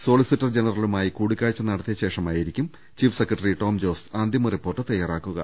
solicitor ജനറലുമായി കൂടിക്കാഴ്ച നടത്തിയ ശേഷമായിരിക്കും ചീഫ് സെക്രട്ടറി ടോംജോസ് അന്തിമ റിപ്പോർട്ട് തയാറാക്കുക